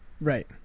Right